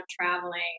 traveling